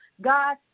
God